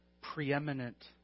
preeminent